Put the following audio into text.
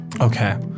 Okay